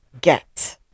get